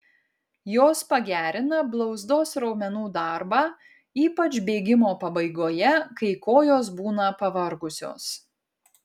jos pagerina blauzdos raumenų darbą ypač bėgimo pabaigoje kai kojos būna pavargusios